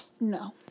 No